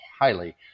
highly